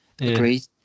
Agreed